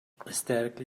aesthetically